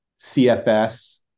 CFS